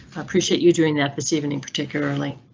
appreciate you doing that this evening, particularly,